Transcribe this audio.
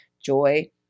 joy